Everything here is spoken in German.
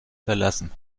verlassen